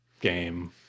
game